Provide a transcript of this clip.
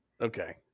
Okay